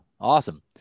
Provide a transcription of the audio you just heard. Awesome